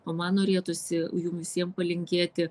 o man norėtųsi jum visiem palinkėti